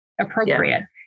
appropriate